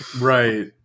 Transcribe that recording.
Right